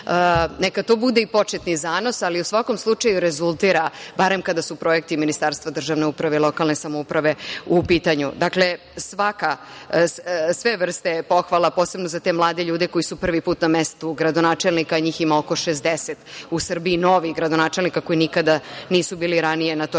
neka to bude i početni zanos, ali u svakom slučaju rezultira, barem kada su projekti Ministarstva državne uprave i lokalne samouprave u pitanju. Dakle, sve vrste pohvala posebno za te mlade ljude koji su prvi put na mestu gradonačelnika, a njih ima oko 60 u Srbiji, novih gradonačelnika koji nikada nisu bili ranije na toj